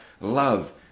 love